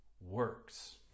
works